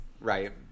Right